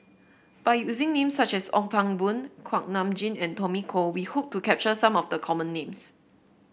by using names such as Ong Pang Boon Kuak Nam Jin and Tommy Koh we hope to capture some of the common names